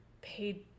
paid